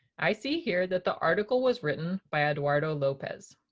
i see here that the article was written by eduardo lopez,